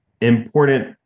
important